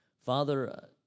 Father